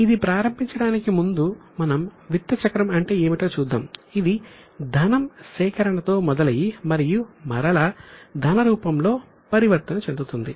ఇది ప్రారంభించడానికి ముందు మనం విత్త చక్రం అంటే ఏమిటో చూద్దాం ఇది ధనం సేకరణతో మొదలయి మరియు మరలా ధన రూపంలో పరివర్తన చెందుతుంది